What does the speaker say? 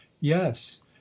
yes